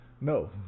No